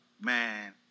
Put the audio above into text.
man